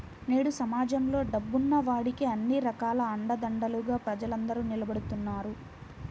నేడు సమాజంలో డబ్బున్న వాడికే అన్ని రకాల అండదండలుగా ప్రజలందరూ నిలబడుతున్నారు